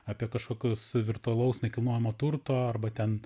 apie kažkokius virtualaus nekilnojamo turto arba ten